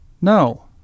No